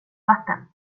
vatten